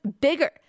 bigger